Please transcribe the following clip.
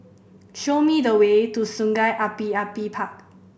show me the way to Sungei Api Api Park